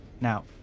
Now